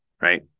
right